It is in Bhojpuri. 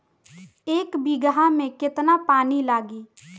एक बिगहा में केतना पानी लागी?